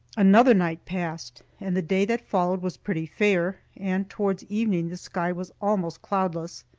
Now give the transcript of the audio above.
another night passed, and the day that followed was pretty fair, and towards evening the sky was almost cloudless.